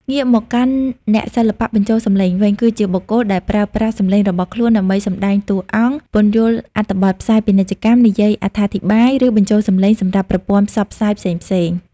ងាកមកកាន់ អ្នកសិល្បៈបញ្ចូលសំឡេងវិញ គឺជាបុគ្គលដែលប្រើប្រាស់សំឡេងរបស់ខ្លួនដើម្បីសម្ដែងតួអង្គ ពន្យល់អត្ថបទផ្សាយពាណិជ្ជកម្ម និយាយអត្ថាធិប្បាយ ឬបញ្ចូលសំឡេងសម្រាប់ប្រព័ន្ធផ្សព្វផ្សាយផ្សេងៗ។